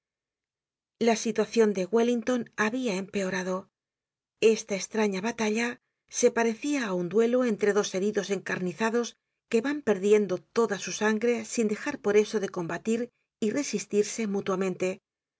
la situacion de wellington habia empeorado esta estraña batalla se parecia á un duelo entre dos heridos encarnizados que van perdiendo toda su sangre sin dejar por eso de combatir y resistirse mutuamente